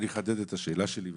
אני אחדד את השאלה שלי.